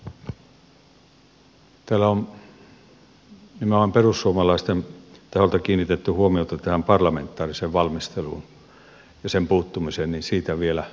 täällä on nimenomaan perussuomalaisten taholta kiinnitetty huomiota tähän parlamentaariseen valmisteluun ja sen puuttumiseen joten siitä vielä pari sanaa